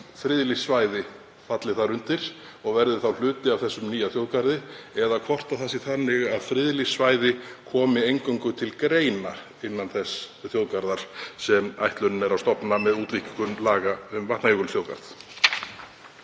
friðlýst svæði falli þar undir og verði þá hluti af þessum nýja þjóðgarði eða hvort friðlýst svæði komi eingöngu til greina innan þess þjóðgarðar sem ætlunin er að stofna með útvíkkun laga um Vatnajökulsþjóðgarð?